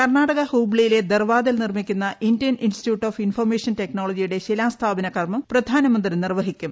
കർണാടക ഹൂബ്ലിയിലെ ദർവാദിൽ നിർമ്മിക്കുന്ന ഇന്ത്യൻ ഇൻസ്റ്റിറ്റ്യൂട്ട് ഓഫ് ഇൻഫർമേഷൻ ടെക്നോളജിയുടെ ശിലാസ്ഥാപന കർമ്മം പ്രധാനമന്ത്രി മ്പൂർവ്വഹിക്കും